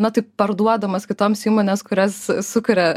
na taip parduodamas kitoms įmonės kurios sukuria